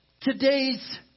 today's